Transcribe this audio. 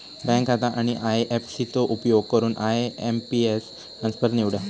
bank खाता आणि IFC चो उपयोग करून आय.एम.पी.एस ट्रान्सफर निवडा